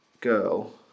girl